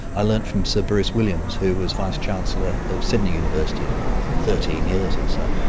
i learnt from sir bruce williams who was vice chancellor of sydney university for i think thirteen years or so.